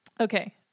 Okay